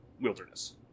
wilderness